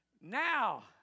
Now